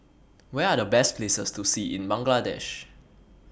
Where Are The Best Places to See in Bangladesh